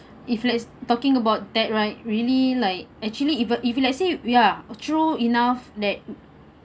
if let's talking about that right really like actually even if let's say ya true enough that